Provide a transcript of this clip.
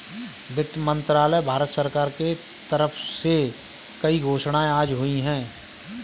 वित्त मंत्रालय, भारत सरकार के तरफ से कई घोषणाएँ आज हुई है